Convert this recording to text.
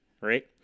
Right